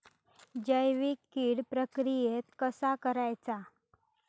जैविक कीड प्रक्रियेक कसा करायचा?